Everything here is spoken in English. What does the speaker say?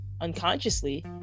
unconsciously